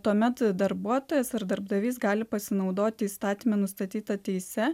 tuomet darbuotojas ar darbdavys gali pasinaudoti įstatyme nustatyta teise